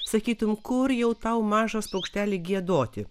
sakytum kur jau tau mažas paukšteli giedoti